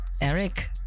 Eric